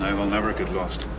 we'll never get lost.